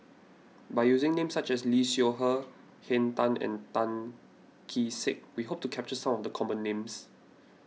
by using names such as Lee Seow Ser Henn Tan and Tan Kee Sek we hope to capture some of the common names